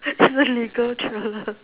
legal thriller